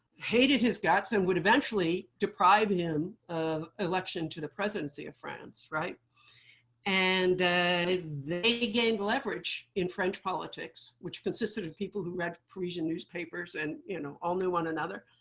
hated his guts and would eventually deprive him of election to the presidency of france. and they gained leverage in french politics, which consisted of people who read parisian newspapers and you know all knew one another.